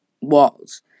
walls